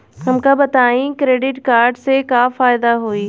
हमका बताई credit card से का फायदा होई?